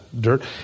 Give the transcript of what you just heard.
dirt